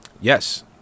Yes